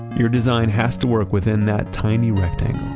your design has to work within that tiny rectangle.